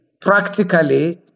practically